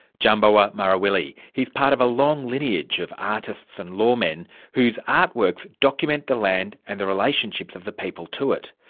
djambawa marawili. he's part of a long lineage of artists and law men whose art works document the land and the relationships of the people to it.